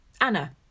Anna